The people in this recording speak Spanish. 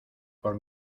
por